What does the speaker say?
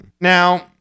Now